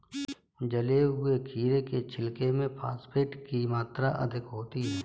जले हुए खीरे के छिलके में फॉस्फेट की मात्रा अधिक होती है